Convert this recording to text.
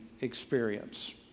experience